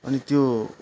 अनि त्यो